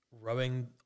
rowing